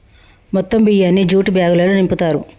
మొత్తం బియ్యాన్ని జ్యూట్ బ్యాగులల్లో నింపుతారు